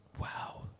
Wow